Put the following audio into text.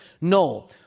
No